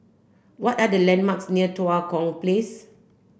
what are the landmarks near Tua Kong Place